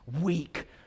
weak